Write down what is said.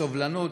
בסובלנות,